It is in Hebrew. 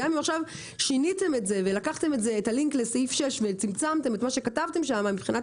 גם אם עכשיו שיניתם את הלינק לסעיף 6 וצמצמתם את מה שכתבתם שם מבחינת